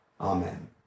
Amen